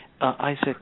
Isaac